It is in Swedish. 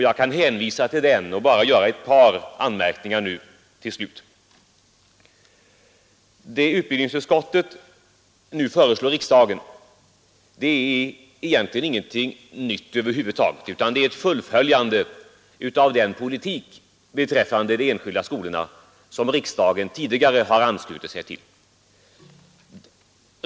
Jag kan hänvisa till den debatten och nu bara göra ett par anmärkningar. Vad utbildningsutskottet nu föreslår riksdagen är egentligen ingenting nytt, det är bara ett fullföljande av den politik beträffande de enskilda skolorna som riksdagen tidigare har anslutit sig till.